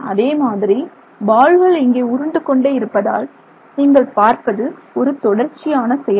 அதே மாதிரி பால்கள் இங்கே உருண்டு கொண்டே இருப்பதால் நீங்கள் பார்ப்பது ஒரு தொடர்ச்சியான செயல்முறை